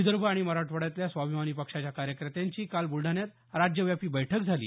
विदर्भ आणि मराठवाड्यातल्या स्वाभिमानी पक्षाच्या कार्यकर्त्यांची काल बुलडाण्यात राज्यव्यापी बैठक झाली